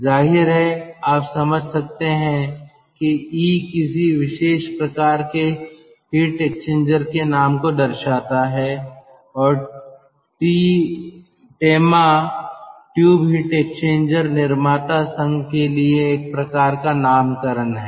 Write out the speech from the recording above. जाहिर है आप समझ सकते हैं कि ई किसी विशेष प्रकार के हीट एक्सचेंजर के नाम को दर्शाता है और टेमा ट्यूब हीट एक्सचेंजर निर्माता संघ के लिए एक प्रकार का नामकरण है